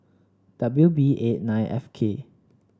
W B eight nine F K